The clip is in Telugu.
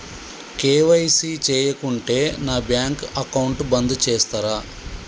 కే.వై.సీ చేయకుంటే నా బ్యాంక్ అకౌంట్ బంద్ చేస్తరా?